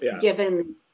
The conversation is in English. given